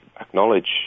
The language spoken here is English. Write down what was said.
acknowledge